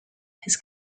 his